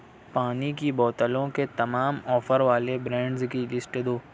پانی کی بوتلوں کے تمام آفر والے برانڈز کی لسٹ دو